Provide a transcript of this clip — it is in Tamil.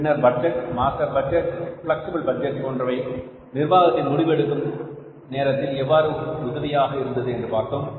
பின்னர் budget master budget flexible budget போன்றவை நிர்வாகத்தின் முடிவு எடுக்கும் நேரத்தில் எவ்வாறு உதவியாக இருந்தது என்று பார்த்தோம்